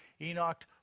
Enoch